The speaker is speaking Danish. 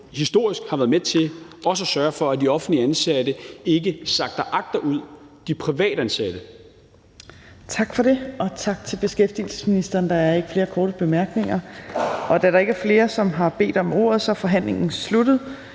historisk også har været med til at sørge for, at de offentligt ansatte ikke sakker agterud de privatansatte. Kl. 17:34 Fjerde næstformand (Trine Torp): Tak for det, og tak til beskæftigelsesministeren. Der er ikke flere korte bemærkninger. Da der ikke er flere, som har bedt om ordet, er forhandlingen sluttet.